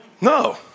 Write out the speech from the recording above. No